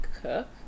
cook